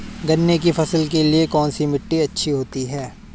गन्ने की फसल के लिए कौनसी मिट्टी अच्छी होती है?